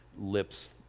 lips